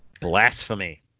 Blasphemy